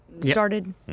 Started